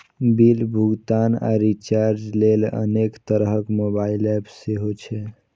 bill भुगतान आ recharge लेल अनेक तरहक मोबाइल एप सेहो छै